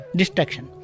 distraction